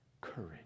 courage